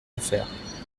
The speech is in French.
affaires